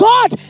God